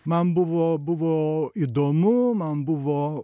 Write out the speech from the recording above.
man buvo buvo įdomu man buvo